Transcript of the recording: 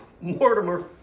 Mortimer